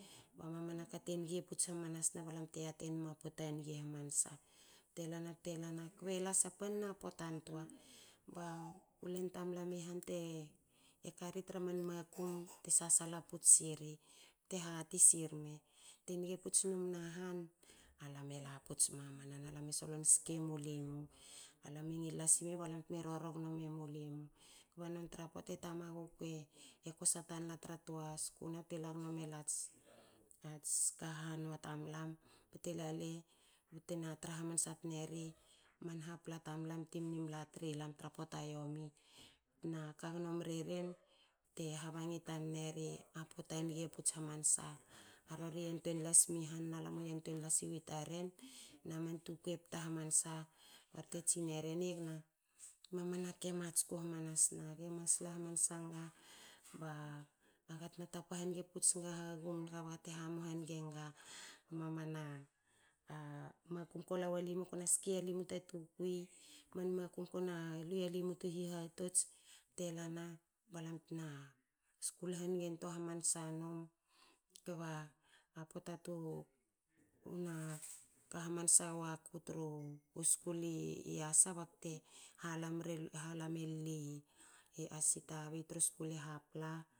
Ba mamana ka te niga puts hamansna balam te yati enma pota nge hamansa. bte lana bte lana. kbe la sa panna potan toa ba u len tamalam i han te kari tra man makum te sasala puts siri. bte hati sirme te niga puts numna han. alam e laputs mamana. na lam e solon ske mulimu. alam e ngil la simebalam tme rorou gnome mulimu. alam e ngil la sime balam tme rorou gno memulimu. kba nona tra pota. e tamaguku e kosa tanna tra tua skuna bte la gno melats ka hanua tamlam bte lale btena tra hamansa tneri man hapla tamalam timni mla tri lam tra pota yomi na ka gno mreren te habangi tani neria pota nge puts hamansa. A rori yantuei lasmi han na lamu yantuei la siwi taren na man tukui e pta hamansa barte tsineri. mamana ka e matsku hamamsna. gemas la hamansa nga ba gatna tapa hange puts nga hagum naga baga te hamu hange naga mamana makum. kolawa limukna ske yalimu ta tukui man makum kona lu yalimu tu hihatots bte lana balam tna skul hangentoa hamansa num kba pota tuna ka hamansa waku. tru skul i yasa bakte hala mre halamui asitavi tru skul i hapla